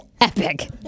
epic